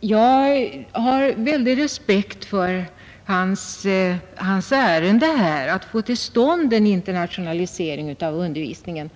Jag har stor respekt för hans ärende att få till stånd en internationalisering av undervisningen.